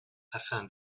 afin